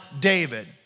David